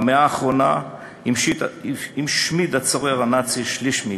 במאה האחרונה השמיד הצורר הנאצי שליש מאתנו.